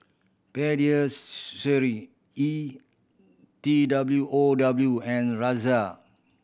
Pediasure E T W O W and Razer